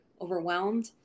overwhelmed